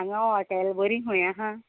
हांगा हॉटेल बरी खूंय आहा